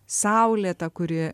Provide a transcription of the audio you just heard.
saulė ta kuri